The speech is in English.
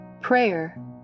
Prayer